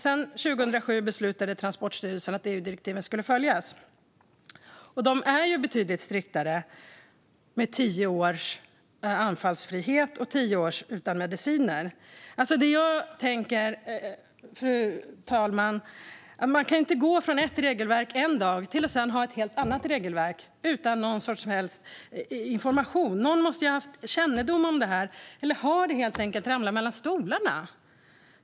Sedan beslutade Transportstyrelsen 2007 att EU-direktiven skulle följas, och de är betydligt striktare: tio års anfallsfrihet och tio år utan mediciner. Det jag tänker, fru talman, är att man inte kan gå från ett regelverk till ett helt annat regelverk utan att ge någon som helst information. Någon måste ju ha haft kännedom om detta. Eller har det helt enkelt fallit mellan stolarna?